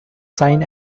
sign